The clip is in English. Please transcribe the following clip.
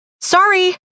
Sorry